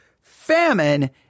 famine